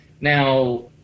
now